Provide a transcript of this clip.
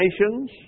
nations